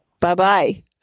Bye-bye